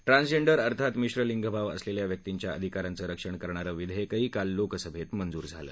transgender अर्थात मिश्र लिंगभाव असलेल्या व्यक्तींच्या अधिकारांचं रक्षण करणारं विधेयकही काल लोकसभेत मंजूर झालं